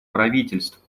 правительств